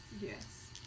yes